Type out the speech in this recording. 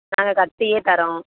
நாங்கள் கட்டியே தரோம்